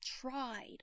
tried